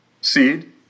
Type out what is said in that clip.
Seed